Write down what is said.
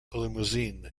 limousin